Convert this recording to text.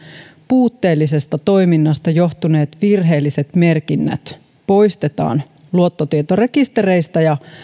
puutteellisesta toiminnasta johtuneet virheelliset merkinnät poistetaan luottotietorekistereistä ja